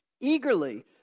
eagerly